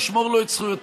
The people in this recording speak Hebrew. נשמור לו את הזכויות,